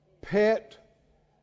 pet